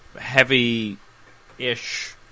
heavy-ish